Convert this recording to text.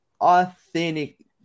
authentic